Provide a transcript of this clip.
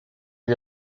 est